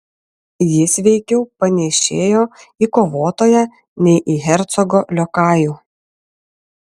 jis veikiau panėšėjo į kovotoją nei į hercogo liokajų